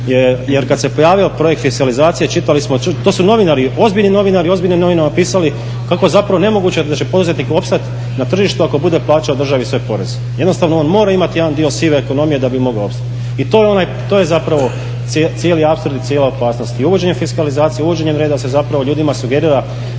jer kad se pojavio projekt fiskalizacije čitali smo, to su novinari, ozbiljni novinari u ozbiljnim novinama pisali kako je zapravo nemoguće da će poduzetnik opstat na tržištu ako bude plaćao državi svoje poreze. Jednostavno on mora imati jedan dio sive ekonomije da bi mogao opstati. I to je zapravo cijeli apsurd i cijela opasnost i uvođenjem fiskalizacije i uvođenjem reda se zapravo ljudima sugerira